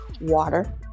water